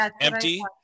empty